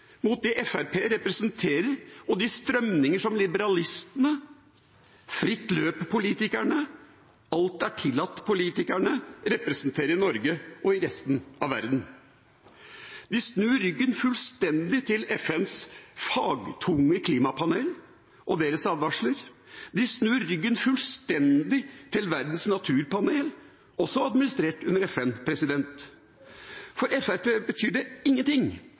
mot det Fremskrittspartiet representerer, og de strømninger som liberalistene – fritt-løper-politikerne, alt-er-tillatt-politikerne – representerer i Norge og i resten av verden. De snur fullstendig ryggen til FNs fagtunge klimapanel og deres advarsler. De snur fullstendig ryggen til verdens naturpanel, også administrert under FN. For Fremskrittspartiet betyr det ingenting om temperaturen i verden øker. For Fremskrittspartiet betyr det ingenting